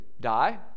die